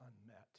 unmet